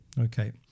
Okay